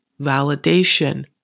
validation